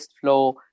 Flow